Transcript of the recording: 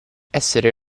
essere